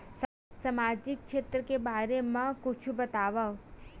सामजिक क्षेत्र के बारे मा कुछु बतावव?